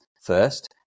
first